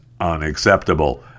unacceptable